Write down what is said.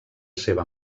seva